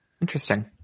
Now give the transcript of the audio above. interesting